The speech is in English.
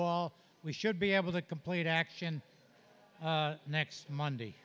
all we should be able to complete action next monday